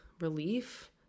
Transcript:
relief